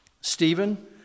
Stephen